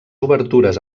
obertures